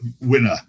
winner